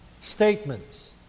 statements